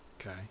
okay